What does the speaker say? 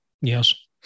yes